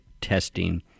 testing